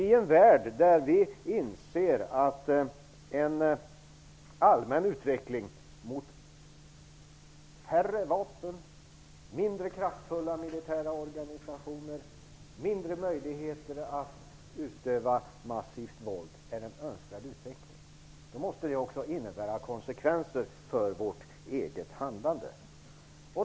I en värld där vi inser att en allmän utveckling mot färre vapen, mindre kraftfulla militära organisationer och mindre möjligheter att utöva massivt våld är en önskvärd utveckling måste också innebära konsekvenser för vårt eget handlande.